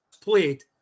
played